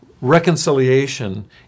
reconciliation